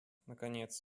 наконец